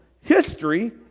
history